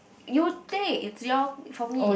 you take is your from me